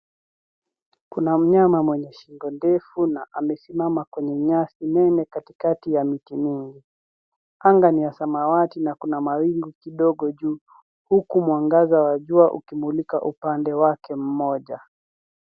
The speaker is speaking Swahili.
Kuna mnyama mwenye shingo ndefu na amesimama kwenye nyasi nene katikati ya miti mingi. Anga ni ya samawati na kuna mawingu kidogo juu huku mangaza wa jua ukimulika upande wake mmoja.